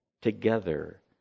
together